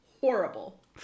Horrible